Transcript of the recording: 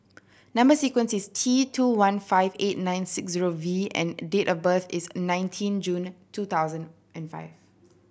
number sequence is T two one five eight nine six zero V and date of birth is nineteen June two thousand and five